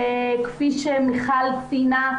כפי שמיכל ציינה,